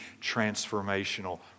transformational